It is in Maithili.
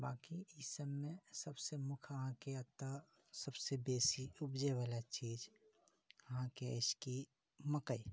बाँकि ई सभमे सभसँ मुख्य अहाँकेँ एतऽ सभसे बेसी उपजै वाला चीज अहाँकेँ अछि कि मकइ